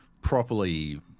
properly